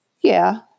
Yeah